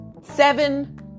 seven